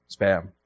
spam